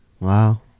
Wow